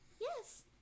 Yes